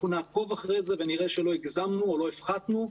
אנחנו נעקוב אחרי זה ונראה שלא הגזמנו או לא הפחתנו.